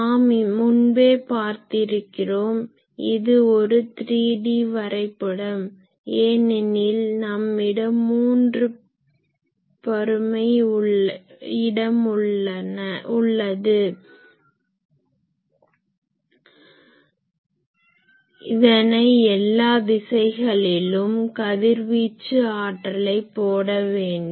நாம் முன்பே பார்த்திருக்கிறோம் இது ஒரு 3D வரைபடம் ஏனெனில் நம்மிடம் 3 பருமன் இடம் உள்ளது இதனை எல்லா திசைகளிலும் கதிர்வீச்சு ஆற்றலை போட வேண்டும்